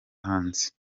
hanze